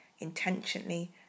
Intentionally